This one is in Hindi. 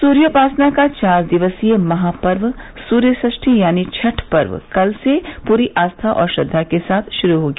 सूर्योपासना का चार दिवसीय महापर्व सूर्यष्ठी यानी छठ पर्व कल से पूरी आस्था व श्रद्वा के साथ शुरू हो गया